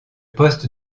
poste